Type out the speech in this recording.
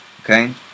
okay